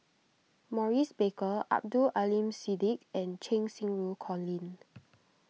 Maurice Baker Abdul Aleem Siddique and Cheng Xinru Colin